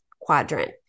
quadrant